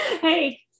Hey